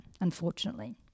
unfortunately